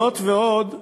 זאת ועוד,